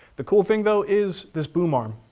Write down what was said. the cool thing though is this boom arm.